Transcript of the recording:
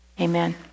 Amen